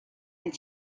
and